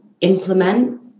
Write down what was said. implement